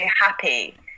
happy